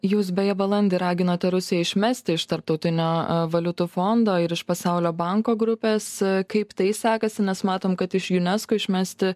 jūs beje balandį raginate rusiją išmesti iš tarptautinio valiutos fondo ir iš pasaulio banko grupės kaip tai sekasi nes matom kad iš unesco išmesti